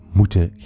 moeten